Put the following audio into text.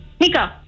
Nico